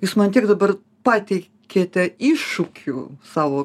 jūs man tiek dabar pateikėte iššūkių savo